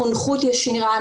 חונכות ושמירה.